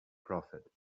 prophet